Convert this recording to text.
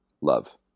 love